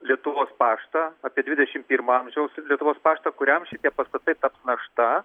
lietuvos paštą apie dvidešimt pirmo amžiaus lietuvos paštą kuriam šitie pastatai taps našta